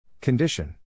Condition